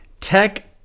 tech